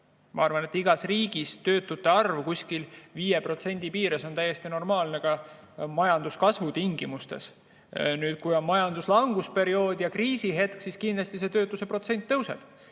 Ma arvan, et igas riigis on töötute arv, mis on umbes 5% piires, täiesti normaalne ka majanduskasvu tingimustes. Kui on majanduslanguse periood ja kriisihetk, siis kindlasti töötuse protsent tõuseb.